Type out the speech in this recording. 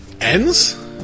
ends